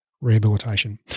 Rehabilitation